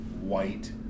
white